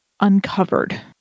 uncovered